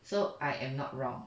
so I am not wrong